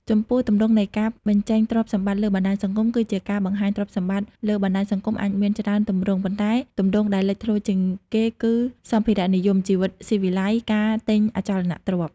ចំពោះទម្រង់នៃការបញ្ចេញទ្រព្យសម្បត្តិលើបណ្តាញសង្គមគឺជាការបង្ហាញទ្រព្យសម្បត្តិលើបណ្តាញសង្គមអាចមានច្រើនទម្រង់ ប៉ុន្តែទម្រង់ដែលលេចធ្លោជាងគេគឺ សម្ភារៈនិយម ជីវិតស៊ីវិល័យ ការទិញអចលនទ្រព្យ។